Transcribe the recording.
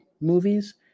movies